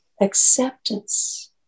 acceptance